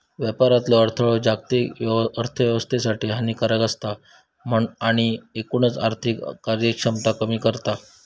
व्यापारातलो अडथळो जागतिक अर्थोव्यवस्थेसाठी हानिकारक असता आणि एकूणच आर्थिक कार्यक्षमता कमी करता